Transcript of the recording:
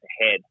ahead